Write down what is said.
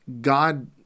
God